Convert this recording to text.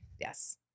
Yes